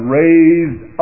raised